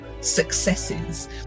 successes